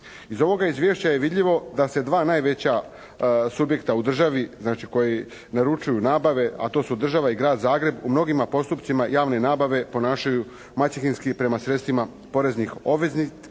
Iz ovoga Izvješća je vidljivo da se dva najveća subjekta u državi, znači koji naručuju nabave, a to su država i Grad Zagreb u mnogima postupcima javne nabave ponašaju maćehinski prema sredstvima poreznih obveznika,